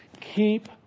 Keep